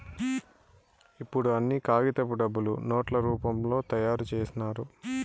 ఇప్పుడు అన్ని కాగితపు డబ్బులు నోట్ల రూపంలో తయారు చేసినారు